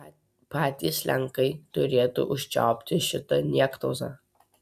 patys lenkai turėtų užčiaupti šitą niektauzą